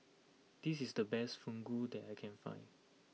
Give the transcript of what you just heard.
this is the best Fugu that I can find